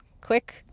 quick